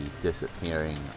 disappearing